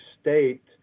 State